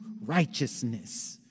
righteousness